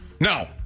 No